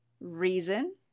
reason